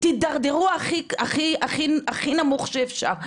תידרדרו הכי נמוך שאפשר.